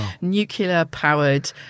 nuclear-powered